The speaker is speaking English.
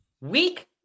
week